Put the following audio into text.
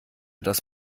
das